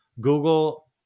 Google